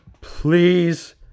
Please